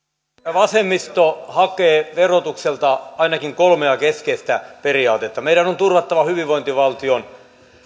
vasemmisto hakee verotukselta ainakin kolmea keskeistä periaatetta meidän on turvattava hyvinvointivaltion